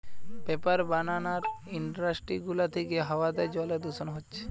paper বানানার industry গুলা থিকে হাওয়াতে জলে দূষণ হচ্ছে